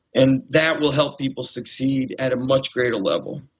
and that will help people succeed at a much greater level.